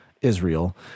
Israel